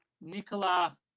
Nicola